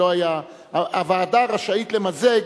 הוועדה רשאית למזג,